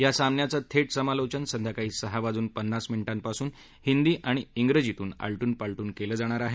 या सामन्याचं थेट समालोचन संध्याकाळी सहा वाजून पन्नास मिनिटांपासून हिदी आणि इंग्रजीतून आलटून पालटून केलं जाणार आहे